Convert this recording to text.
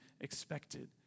expected